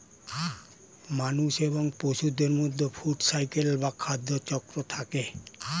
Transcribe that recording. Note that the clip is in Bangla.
মানুষ এবং পশুদের মধ্যে ফুড সাইকেল বা খাদ্য চক্র থাকে